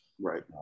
right